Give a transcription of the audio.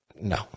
no